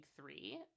three